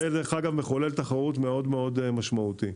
מדובר במחולל תחרות מאוד משמעותי.